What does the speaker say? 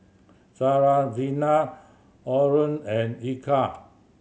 Syarafina Aaron and Eka